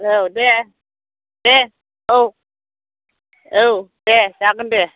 औ दे दे औ औ दे जागोन दे